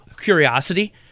curiosity